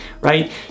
right